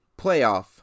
playoff